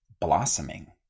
blossoming